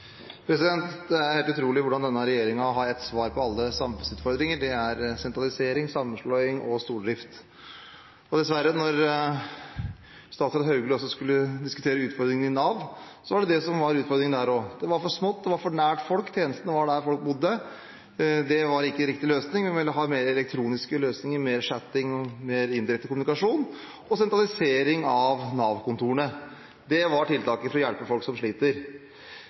helt utrolig hvordan denne regjeringen har ett svar på alle samfunnsutfordringer. Det er sentralisering, sammenslåing og stordrift. Og, dessverre, når statsråd Hauglie også skulle diskutere utfordringene i Nav, var det det som var utfordringen der også: Det var for smått, det var for nært folk, tjenestene var der folk bodde. Det var ikke riktig løsning, hun ville ha mer elektroniske løsninger, mer chatting og mer indirekte kommunikasjon og sentralisering av Nav-kontorene. Det var tiltaket for å hjelpe folk som sliter.